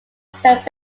that